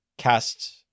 Cast